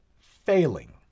failing